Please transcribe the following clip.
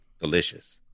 delicious